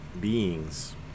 beings